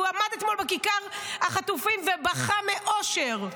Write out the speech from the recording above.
הוא עמד אתמול בכיכר החטופים ובכה מאושר,